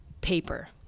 paper